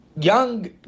young